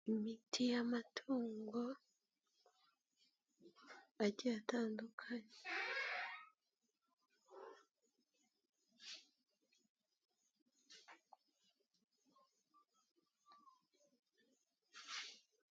Imiti y'amatungo agiye atandukanye.